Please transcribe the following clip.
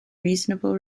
reasonable